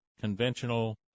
conventional